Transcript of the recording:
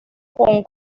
con